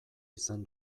izan